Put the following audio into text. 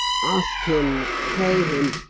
ask him, pray him,